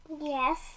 Yes